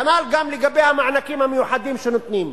כנ"ל גם לגבי המענקים המיוחדים שנותנים.